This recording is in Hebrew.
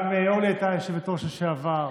גם אורלי הייתה יושבת-ראש לשעבר.